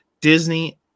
disney